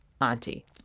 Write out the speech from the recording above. auntie